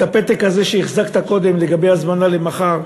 הפתק הזה שהחזקת קודם לגבי הזמנה למחר.